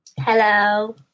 Hello